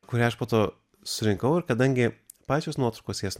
kurią aš po to surinkau ir kadangi pačios nuotakos jas